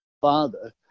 Father